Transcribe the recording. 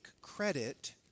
credit